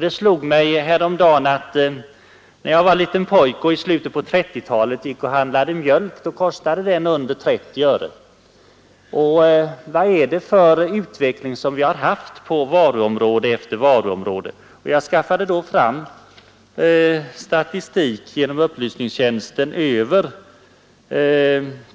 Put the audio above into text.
Det slog mig häromdagen att när jag var liten pojke i slutet av 1930-talet och gick och handlade mjölk så kostade den mindre än 30 öre per liter. Jag skaffade fram statistik genom upplysningstjänsten över